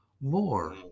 more